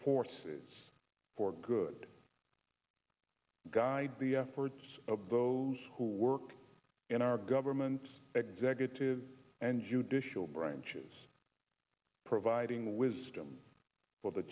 forces for good guide the efforts of those who work in our governments executive and judicial branches providing wisdom for the